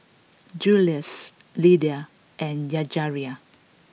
Juluis Lyda and Yajaira